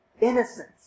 innocence